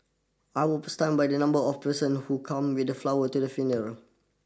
I was stunned by the number of person who come with the flower to the funeral